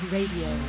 Radio